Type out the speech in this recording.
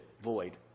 Void